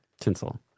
Tinsel